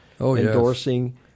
endorsing